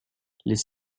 les